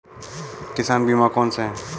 किसान बीमा कौनसे हैं?